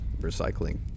recycling